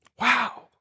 Wow